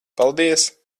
paldies